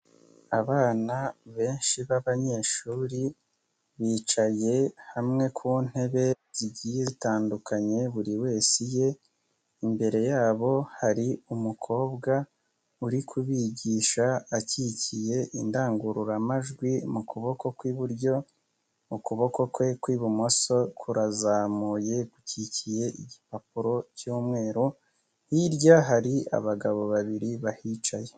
Abana benshi b'abanyeshuri bicaye hamwe ku ntebe zigiye zitandukanye buri wese ye, imbere yabo hari umukobwa uri kubigisha akikiye indangururamajwi mu kuboko kw'iburyo, ukuboko kwe kw'ibumoso kurazamuye gukiye igipapuro cy'umweru, hirya hari abagabo babiri bahicaye.